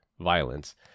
violence